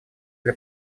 для